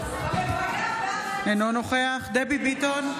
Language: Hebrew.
אינו נוכח דבי ביטון,